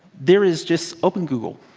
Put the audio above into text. there is just open google.